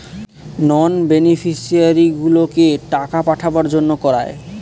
নন বেনিফিশিয়ারিগুলোকে টাকা পাঠাবার জন্য করায়